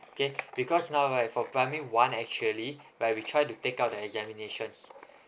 okay because now right for primary one actually while we try to take out the examinations